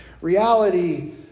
reality